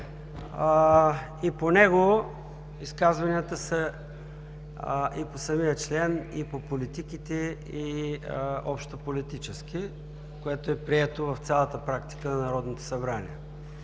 и по него изказванията са и по самия член, и по политиките, и общо политически, което е прието в цялата практика на Народното събрание,